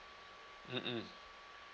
mm mm